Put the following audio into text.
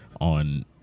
on